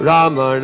Rama